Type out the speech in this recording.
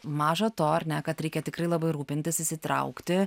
maža to ar ne kad reikia tikrai labai rūpintis įsitraukti